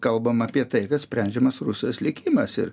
kalbam apie tai kad sprendžiamas rusijos likimas ir